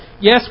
Yes